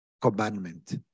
commandment